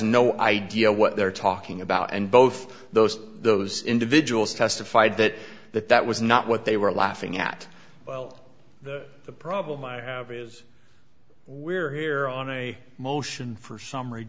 no idea what they're talking about and both those those individuals testified that that that was not what they were laughing at well the problem i have is we're here on a motion for s